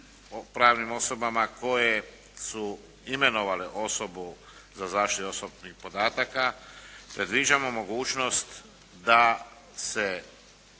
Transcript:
pravnim osobama koje su imenovale osobu za zaštitu osobnih podataka predviđamo mogućnost da se,